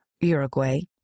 Uruguay